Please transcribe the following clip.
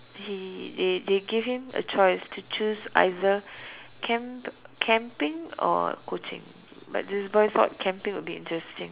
he they they gave him a choice to choose either camp camping or coaching but this boy thought camping will be interesting